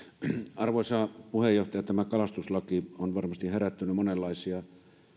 arvoisa puheenjohtaja tämä kalastuslaki on varmasti herättänyt monenlaisia